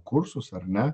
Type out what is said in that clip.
kursus ar ne